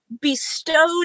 bestowed